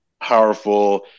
powerful